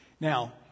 Now